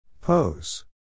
Pose